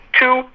two